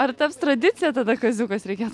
ar taps tradicija tada kaziukas reikėtų klaust